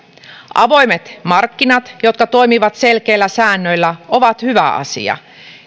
avoimet markkinat jotka toimivat selkeillä säännöillä ovat hyvä asia